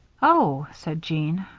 oh, said jean,